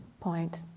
point